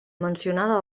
mencionada